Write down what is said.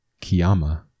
Kiyama